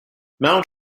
mount